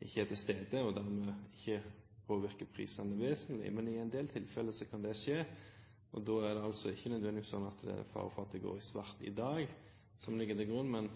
ikke er til stede, og dermed ikke påvirker prisene vesentlig. Men i en del tilfeller kan det skje. Da er det ikke nødvendigvis sånn at det er fare for at det går i svart i dag som ligger til grunn, men